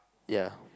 ya